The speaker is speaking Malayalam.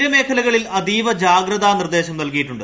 തീരമേഖലകളിൽ അതീവ ജാഗ്രത നിർദേശം നൽകിയിട്ടുണ്ട്